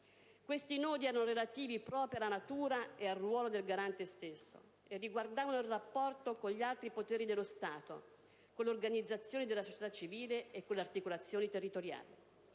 Questi nodi erano relativi proprio alla natura e al ruolo del Garante stesso e riguardavano il rapporto con gli altri poteri dello Stato, con le organizzazioni della società civile e con le articolazioni territoriali.